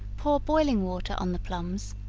pour boiling water on the plums,